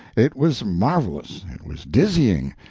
it was marvelous, it was dizzying,